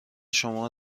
شما